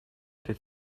этой